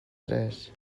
tres